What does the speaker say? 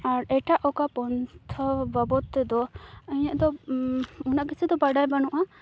ᱟᱨ ᱮᱴᱟᱜ ᱚᱠᱟ ᱯᱚᱱᱛᱷᱟ ᱵᱟᱵᱚᱫᱽ ᱛᱮᱫᱚ ᱤᱧᱟᱹᱜ ᱫᱚ ᱩᱱᱟᱹᱜ ᱠᱤᱪᱷᱩ ᱫᱚ ᱵᱟᱰᱟᱭ ᱵᱟᱹᱱᱩᱜᱼᱟ